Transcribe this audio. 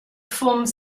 forms